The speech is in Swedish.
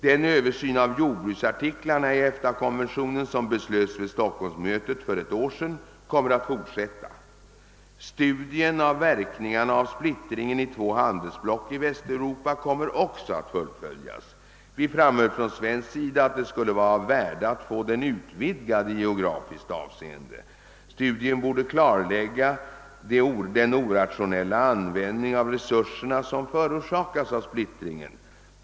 Den översyn av jordbruksartiklarna i EFTA-konventionen som beslöts vid Stockholmsmötet för ett år sedan kommer att fortsätta. Studien av verkningarna av splittringen i två handelsblock i Västeuropa kommer också att fullföljas. Vi framhöll från svensk sida att det skulle vara av värde att få den utvidgad i geografiskt avseende, Studien borde klarlägga den orationella användning av resurserna som förorsakas av splittringen.